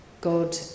God